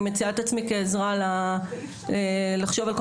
אני מציעה את עצמי כעזרה לחשוב על כל